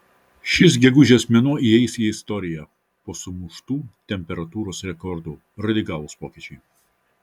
šis gegužės mėnuo įeis į istoriją po sumuštų temperatūros rekordų radikalūs pokyčiai